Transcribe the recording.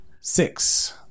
six